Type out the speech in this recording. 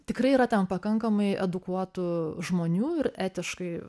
tikrai yra tam pakankamai edukuotų žmonių ir etiškai